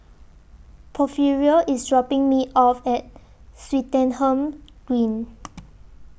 Porfirio IS dropping Me off At Swettenham Green